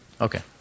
Okay